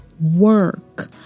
work